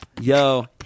Yo